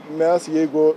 mes jeigu